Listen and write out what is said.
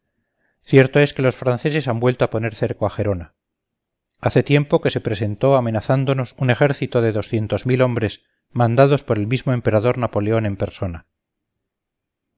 cierto es que los franceses han vuelto a poner cerco a gerona hace tiempo que se presentó amenazándonos un ejército de doscientos mil hombres mandados por el mismo emperador napoleón en persona